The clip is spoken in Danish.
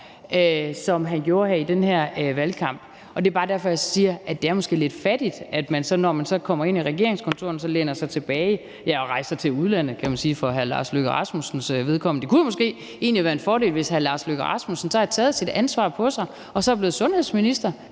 Rasmussen gjorde her i den her valgkamp. Det er bare derfor, jeg siger, det måske er lidt fattigt, at man så, når man kommer ind i regeringskontorerne, læner sig tilbage – ja, og rejser til udlandet, kan man sige, for hr. Lars Løkke Rasmussens vedkommende. Det kunne måske egentlig have været en fordel, hvis hr. Lars Løkke Rasmussen så havde taget sit ansvar på sig og var blevet sundhedsminister.